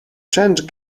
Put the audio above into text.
change